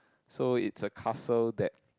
so it's a castle that